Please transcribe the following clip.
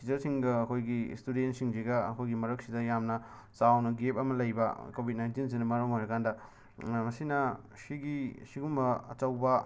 ꯇꯤꯆꯔꯁꯤꯡꯒ ꯑꯩꯈꯣꯏꯒꯤ ꯁ꯭ꯇꯨꯗꯦꯟꯁꯤꯡꯁꯤꯒ ꯑꯩꯈꯣꯏꯒꯤ ꯃꯔꯛꯁꯤꯗ ꯌꯥꯝꯅ ꯆꯥꯎꯅ ꯒꯦꯞ ꯑꯃ ꯂꯩꯕ ꯀꯣꯕꯤꯠ ꯅꯥꯏꯟꯇꯤꯟꯁꯤꯅ ꯃꯔꯝ ꯑꯣꯏꯔꯀꯥꯟꯗ ꯃꯁꯤꯅ ꯁꯤꯒꯤ ꯁꯤꯒꯨꯝꯕ ꯑꯆꯧꯕ